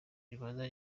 ribanza